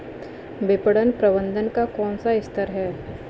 विपणन प्रबंधन का कौन सा स्तर है?